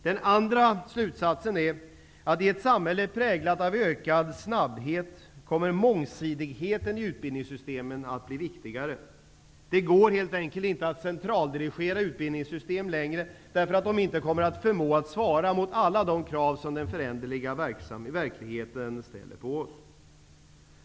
Den andra slutsatsen är att i ett samhälle präglat av ökad snabbhet kommer mångsidigheten i utbildningssystemen att bli viktigare. Det går helt enkelt inte att centraldirigera utbildningssystemen längre, därför att de inte kommer att förmå att svara mot alla de krav som den föränderliga verkligheten kommer att ställa på oss.